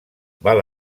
val